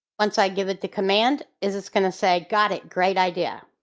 once i give it the command is it's going to say got it great idea.